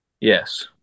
Yes